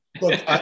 look